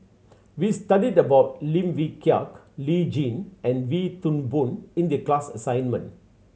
we studied about Lim Wee Kiak Lee Tjin and Wee Toon Boon in the class assignment